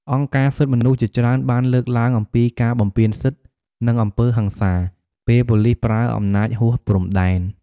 អង្គការសិទ្ធិមនុស្សជាច្រើនបានលើកឡើងអំពីការបំពានសិទ្ធិ និងអំពើហិង្សា ពេលប៉ូលីសប្រើអំណាចហួសព្រំដែន។